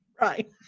Right